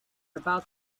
about